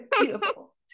Beautiful